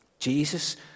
Jesus